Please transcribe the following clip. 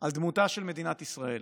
על דמותה של מדינת ישראל.